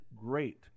great